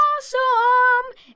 Awesome